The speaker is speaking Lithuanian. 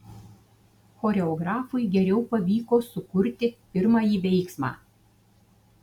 choreografui geriau pavyko sukurti pirmąjį veiksmą